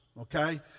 okay